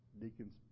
Deacon's